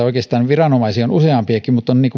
oikeastaan viranomaisia on useampiakin mutta